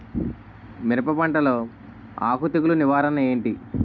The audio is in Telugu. మిరప పంటలో ఆకు తెగులు నివారణ ఏంటి?